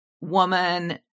woman